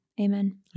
amen